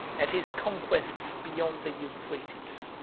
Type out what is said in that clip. and his conquests beyond the euphrates.